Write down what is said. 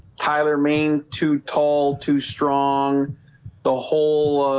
tyler maine too tall too strong the whole